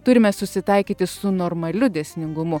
turime susitaikyti su normaliu dėsningumu